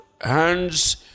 hands